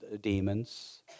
demons